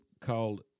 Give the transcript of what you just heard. called